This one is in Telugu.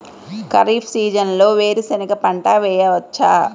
ఖరీఫ్ సీజన్లో వేరు శెనగ పంట వేయచ్చా?